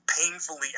painfully